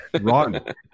Rotten